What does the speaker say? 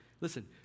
listen